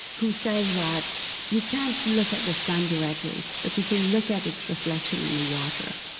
who says that you can't look at the sun directly, but you can look at its reflection in the water.